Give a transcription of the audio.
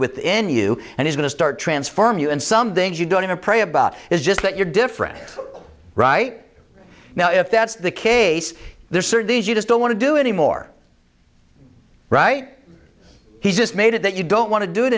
within you and he's going to start transform you and some things you don't even pray about is just that you're different right now if that's the case there's certain things you just don't want to do anymore right he just made it that you don't want to do it